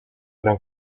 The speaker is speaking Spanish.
gran